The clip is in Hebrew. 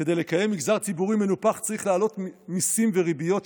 כדי לקיים מגזר ציבורי מנופח צריך להעלות מיסים וריביות,